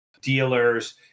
dealers